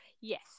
Yes